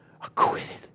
Acquitted